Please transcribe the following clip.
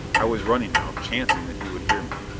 i was running now, chancing that he would hear me.